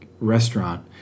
restaurant